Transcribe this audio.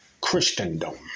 Christendom